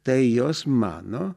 tai jos mano